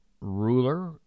ruler